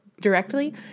directly